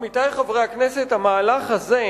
עמיתי חברי הכנסת, המהלך הזה,